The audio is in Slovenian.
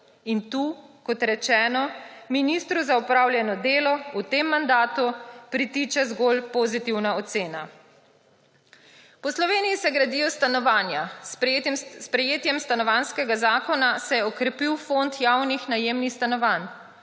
In tu, kot rečeno, ministru za opravljeno delo v tem mandatu pritiče zgolj pozitivna ocena. Po Sloveniji se gradijo stanovanja, s sprejetjem Stanovanjskega zakona se je okrepil fond javnih najemnih stanovanj,